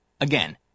Again